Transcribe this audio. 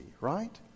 right